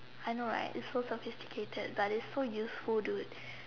I know right it's so sophisticated but its so useful dude